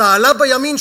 צהלה בימין.